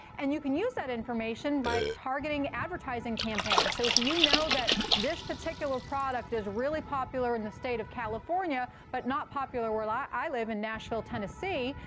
and you can use that information by targeting advertising campaigns. so if you know that this particular product is really popular in the state of california but not popular where i live in nashville, tennessee,